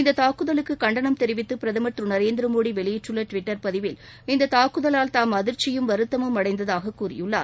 இந்தத் தாக்குதலுக்கு கண்டனம் தெரிவித்து பிரதமர் திரு நரேந்திரமோடி வெளியிட்டுள்ள டுவிட்டர் பதிவில் இந்தத் தாக்குதலால் தாம் அதிர்ச்சியும் வருத்தமும் அடைந்ததாகக் கூறியுள்ளார்